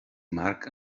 mark